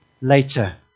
later